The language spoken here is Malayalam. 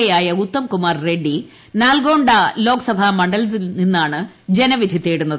എ യായ ഉത്തം കുമാർ റെഡ്ഡി നാൽഗോണ്ട ലോക്സഭാ മണ്ഡലത്തിൽ നിന്നാണ് ജനവിധി തേടുന്നത്